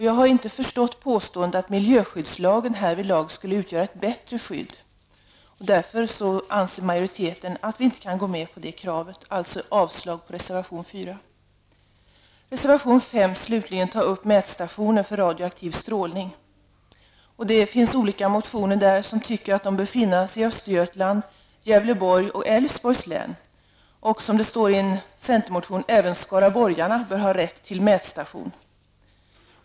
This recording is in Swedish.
Jag förstår inte påståendet att miljöskyddslagen härvidlag skulle utgöra ett bättre skydd. Därför anser majoriteten att vi inte kan gå med på det kravet. Jag yrkar alltså avslag på reservation 4. I reservation 5, slutligen, tas mätstationer för radioaktiv strålning upp. Enligt olika motioner anser man att de bör finnas i Östergötland samt i Gävleborgs och Älvsborgs län. I en centermotion står det att även skaraborgarna bör ha rätt till en mätstation.